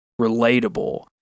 relatable